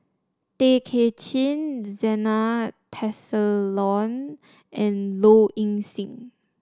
Tay Kay Chin Zena Tessensohn and Low Ing Sing